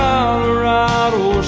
Colorado